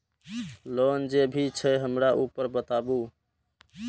Loan जे भी छे हमरा ऊपर बताबू?